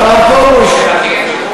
הרב פרוש,